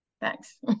Thanks